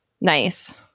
nice